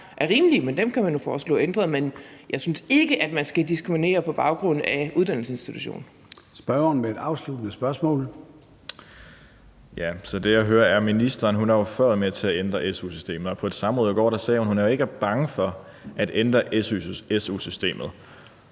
er rimelige, men dem kan man jo foreslå ændret. Men jeg synes ikke, at man skal diskriminere på baggrund af uddannelsesinstitution. Kl. 13:51 Formanden (Søren Gade): Spørgeren med et afsluttende spørgsmål. Kl. 13:51 Mads Olsen (SF): Ministeren har før været med til at ændre su-systemet, og på et samråd i går sagde hun, at hun ikke er bange for at ændre su-systemet.